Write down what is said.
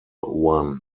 one